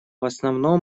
основном